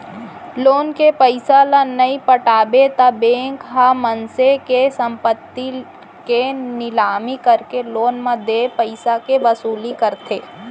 loan के पइसा ल नइ पटाबे त बेंक ह मनसे के संपत्ति के निलामी करके लोन म देय पइसाके वसूली करथे